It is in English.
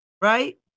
right